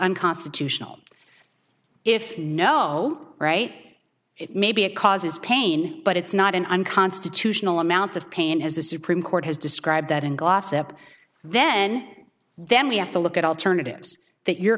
unconstitutional if no right it may be it causes pain but it's not an unconstitutional amount of pain as the supreme court has described that in gossip then then we have to look at alternatives that your